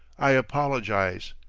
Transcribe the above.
i apologize,